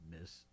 Miss